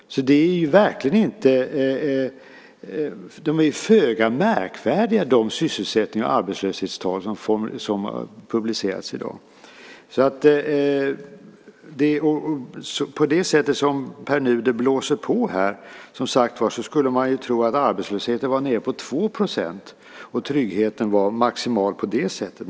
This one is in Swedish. De sysselsättningstal och arbetslöshetstal som har publicerats i dag är föga märkvärdiga. På det sätt som Pär Nuder blåser på här så skulle man tro att arbetslösheten var nere på 2 % och att tryggheten var maximal på det sättet.